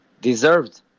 deserved